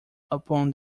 upon